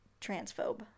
transphobe